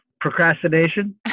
procrastination